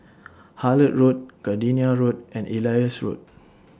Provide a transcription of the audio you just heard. Hullet Road Gardenia Road and Elias Road